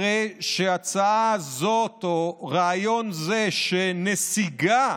הרי שהצעה זו או רעיון זה של נסיגה,